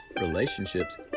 relationships